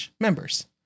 members